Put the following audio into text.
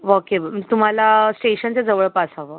vocab म्हणजे तुम्हाला स्टेशनच्या जवळपास हवं